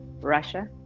Russia